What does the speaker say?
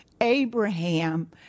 Abraham